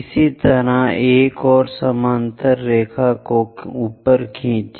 इसी तरह एक और समानांतर रेखा को ऊपर खींचें